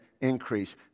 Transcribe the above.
increase